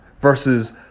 versus